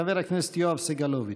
חבר הכנסת יואב סגלוביץ'.